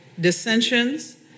dissensions